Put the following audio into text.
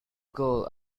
girl